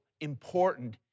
important